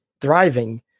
thriving